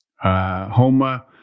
Homa